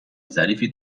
ظریفی